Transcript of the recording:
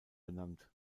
benannt